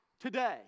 today